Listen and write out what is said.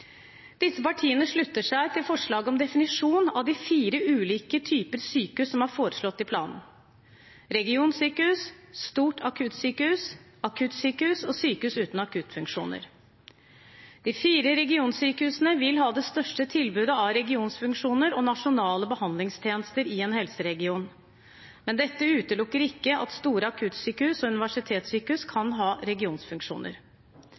Disse partiene slutter seg til forslaget om definisjon av de fire ulike typer sykehus som er foreslått i planen: regionsykehus, stort akuttsykehus, akuttsykehus og sykehus uten akuttfunksjoner. De fire regionsykehusene vil ha det største tilbudet av regionfunksjoner og nasjonale behandlingstjenester i en helseregion, men dette utelukker ikke at store akuttsykehus og universitetssykehus